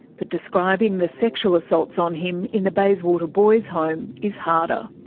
but describing the sexual assaults on him in the bayswater boys home is harder.